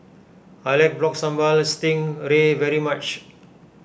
I like Rock Sambal Sting Bray very much